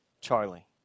Charlie